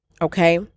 okay